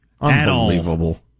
unbelievable